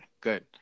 good